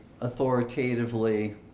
authoritatively